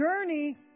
journey